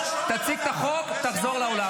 אתה עוזר לו ואתה שומר עליו.